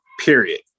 period